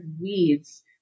weeds